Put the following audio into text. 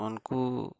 ᱩᱱᱠᱩ